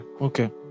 Okay